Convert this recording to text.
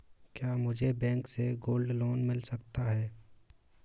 क्या मुझे बैंक से गोल्ड लोंन मिल सकता है?